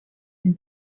une